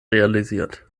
realisiert